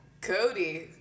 Cody